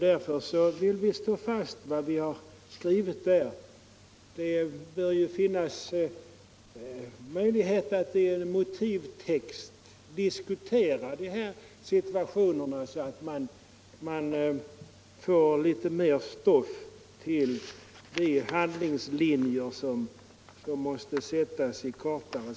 Därför vill vi stå fast vid vad vi har skrivit. Det bör ju finnas möjlighet att i en motivtext diskutera de här situationerna, så att man får litet mer stoff till de handlingslinjer som måste anges i lagtext.